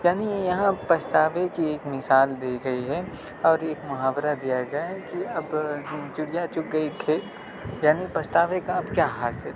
یعنی یہاں پچھتاوے کی ایک مثال دی گئی ہے اور ایک محاورہ دیا گیا ہے کہ اب چڑیا چگ گئی کھیت یعنی پچھتاوے کا اب کیا حاصل